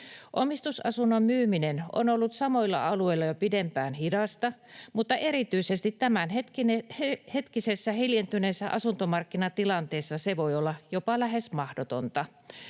Omistusasunnon myyminen on ollut samoilla alueilla jo pidempään hidasta, mutta erityisesti tämänhetkisessä hiljentyneessä asuntomarkkinatilanteessa se voi olla jopa lähes mahdotonta.